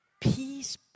peace